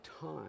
time